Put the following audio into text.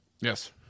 Yes